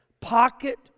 pocket